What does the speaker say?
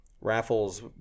raffles